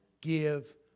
give